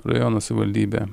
rajono savivaldybė